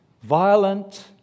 violent